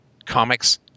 Comics